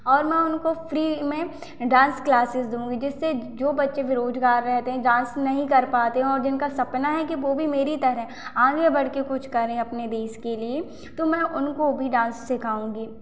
और मैं उनको फ्री में डांस क्लासेस दूँगी जिससे जो बच्चे बेरोजगार रहते हैं डांस नहीं कर पाते हैं और जिनका सपना है कि वो भी मेरी तरह आगे बढ़ कर कुछ करें अपने देश के लिए तो मैं उनको भी डांस सिखाऊँगी